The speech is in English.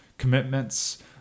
commitments